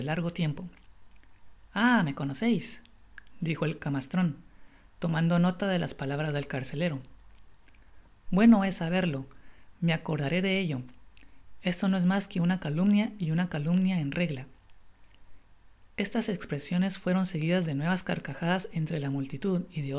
largo tiempo ah me conoceis i dijo el camastron tomando nota de las palabras del carcelero bueno es saberlo me acordaré de ello esto no es mas que una calumnia y una calumnia en regla estas espresiones fueron seguidas de nuevas carcajadas entre la multitud